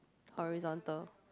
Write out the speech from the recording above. horizontal